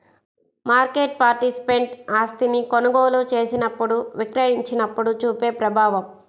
market participant ఆస్తిని కొనుగోలు చేసినప్పుడు, విక్రయించినప్పుడు చూపే ప్రభావం